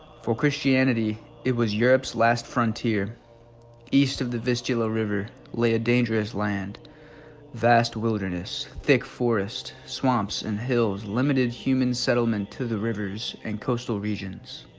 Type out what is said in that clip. for christianity it was europe's last frontier east of the vistula river lay a dangerous land vast wilderness thick forests swamps and hills limited human settlement to the rivers and coastal regions